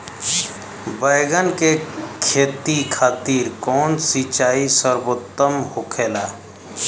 बैगन के खेती खातिर कवन सिचाई सर्वोतम होखेला?